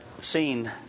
seen